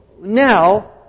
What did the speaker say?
Now